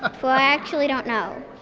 ah well, i actually don't know